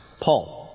Paul